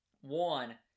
One